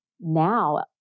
now